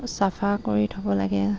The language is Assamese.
চাফা কৰি থ'ব লাগে